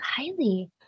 Kylie